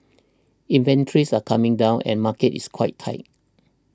inventories are coming down and market is quite tight